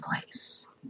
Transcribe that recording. place